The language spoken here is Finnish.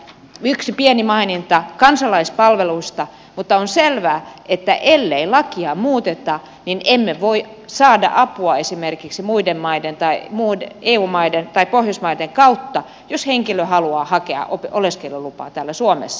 yksi pieni maininta on kansalaispalveluista mutta on selvää että ellei lakia muuteta niin emme voi saada apua esimerkiksi muiden eu maiden tai pohjoismaiden kautta jos henkilö haluaa hakea oleskelulupaa täällä suomessa